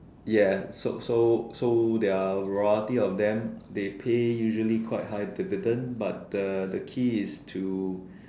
ya so so so there are a variety of them they pay usually quite high dividend but uh the key is to